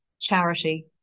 charity